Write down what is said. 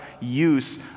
use